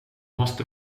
måste